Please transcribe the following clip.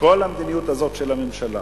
כל המדיניות הזאת של הממשלה,